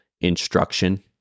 instruction